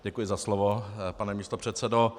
Děkuji za slovo, pane místopředsedo.